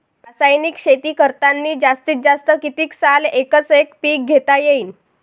रासायनिक शेती करतांनी जास्तीत जास्त कितीक साल एकच एक पीक घेता येईन?